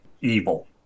evil